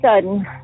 sudden